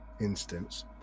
instance